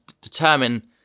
determine